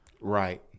right